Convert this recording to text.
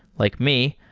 like me,